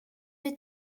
wir